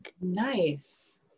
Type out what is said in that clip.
Nice